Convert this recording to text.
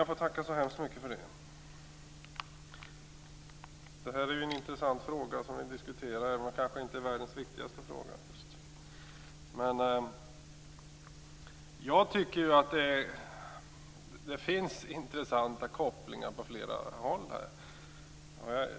Fru talman! Det är ju en intressant fråga som vi diskuterar, men det är kanske inte världens viktigaste fråga. Det finns intressanta kopplingar åt olika håll.